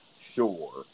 sure